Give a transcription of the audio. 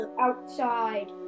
Outside